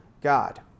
God